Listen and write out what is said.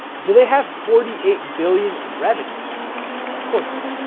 do they have forty eight billion in revenue of course not